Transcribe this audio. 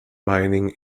mining